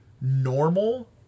normal